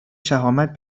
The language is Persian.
شهامت